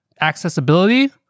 accessibility